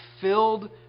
filled